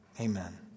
Amen